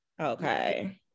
Okay